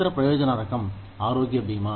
ఇతర ప్రయోజన రకం ఆరోగ్య బీమా